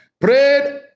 prayed